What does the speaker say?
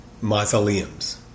mausoleums